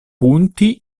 punti